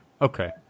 Okay